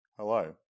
Hello